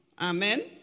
Amen